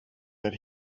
that